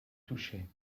touchait